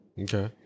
Okay